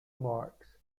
marx